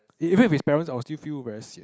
eve~ even if it's parents I will still feel very sian